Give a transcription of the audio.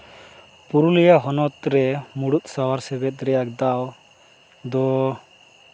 ᱯᱩᱨᱩᱞᱤᱭᱟᱹ ᱦᱚᱱᱚᱛ ᱨᱮ ᱢᱩᱬᱩᱫ ᱥᱟᱶᱟᱨ ᱥᱮᱵᱮᱫ ᱨᱮᱭᱟᱜ ᱫᱟᱣ ᱫᱚ